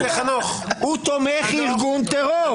הוא תומך ארגון טרור.